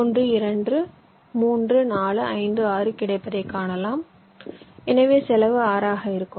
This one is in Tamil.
1 2 3 4 5 6 கிடைப்பதைக் காணலாம் எனவே செலவு 6 ஆக இருக்கும்